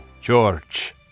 George